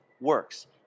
works